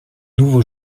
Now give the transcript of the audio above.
nouveau